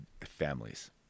families